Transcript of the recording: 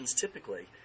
typically